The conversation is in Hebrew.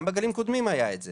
גם בגלים קודמים היה את זה,